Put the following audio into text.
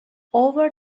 over